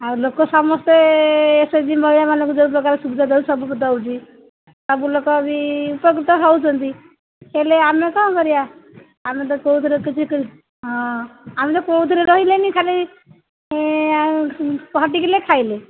ଆଉ ଲୋକ ସମସ୍ତେ ଏସ୍ ଏଚ୍ ଜି ମହିଳାମାନଙ୍କୁ ଯୋଉ ପ୍ରକାର ସୁବିଧା ଦେଉଛି ସବୁକୁ ଦେଉଛି ସବୁ ଲୋକ ବି ଉପକୃତ ହେଉଛନ୍ତି ହେଲେ ଆମେ କ'ଣ କରିବା ଆମେ ତ କୋଉଥିରେ କିଛି ହଁ ଆମେ ତ କୋଉଥିରେ ରହିଲେନି ଖାଲି ଖଟିଲେ ଖାଇଲେ